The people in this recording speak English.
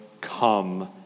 come